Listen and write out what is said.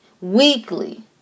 weekly